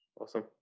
Awesome